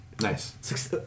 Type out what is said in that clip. nice